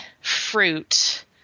fruit